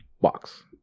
box